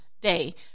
day